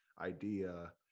idea